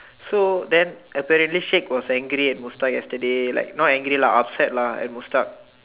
so then apparently shake was angry at Mustak yesterday like not angry lah upset lah at Mustak